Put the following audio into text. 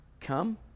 Come